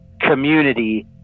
community